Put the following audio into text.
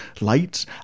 lights